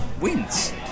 wins